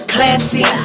Classy